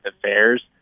affairs